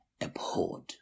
abhorred